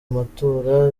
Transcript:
amatora